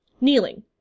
Kneeling